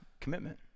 commitment